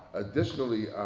additionally,